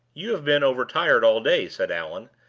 you have been overtired all day, said allan,